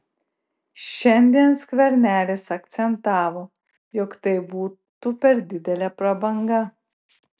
šiandien skvernelis akcentavo jog tai būtų per didelė prabanga